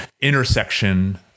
intersection